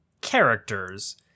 characters